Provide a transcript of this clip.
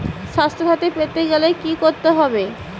স্বাস্থসাথী পেতে গেলে কি করতে হবে?